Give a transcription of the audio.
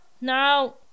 now